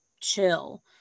chill